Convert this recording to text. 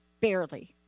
barely